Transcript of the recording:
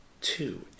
two